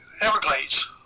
Everglades